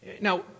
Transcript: Now